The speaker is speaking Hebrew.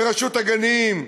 לרשות הגנים?